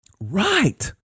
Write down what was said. Right